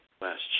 last